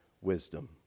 wisdom